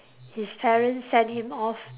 his parents send him off